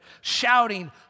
shouting